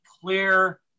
clear